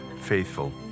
faithful